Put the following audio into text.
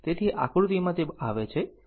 તેથી આકૃતિમાં તે આવે છે